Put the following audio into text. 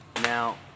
Now